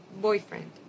boyfriend